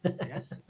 Yes